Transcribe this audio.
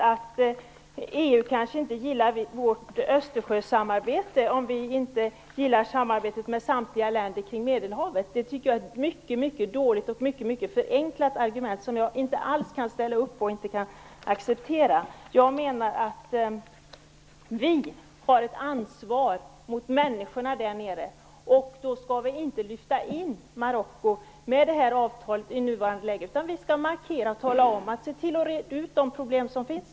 Att EU kanske inte gillar vårt Östersjösamarbete om vi inte gillar samarbetet med samtliga länder kring Medelhavet tycker jag är ett mycket dåligt och mycket förenklat argument. Det är något jag inte alls kan ställa upp på eller acceptera. Vi har ett ansvar mot människorna där, och då skall vi inte i nuvarande läge med det här avtalet ta med Marocko. Vi skall i stället markera att man i Marocko bör se till att reda ut de problem som finns.